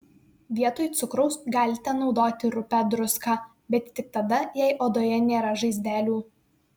vietoj cukraus galite naudoti rupią druską bet tik tada jei odoje nėra žaizdelių